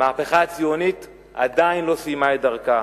המהפכה הציונית עדיין לא סיימה את דרכה,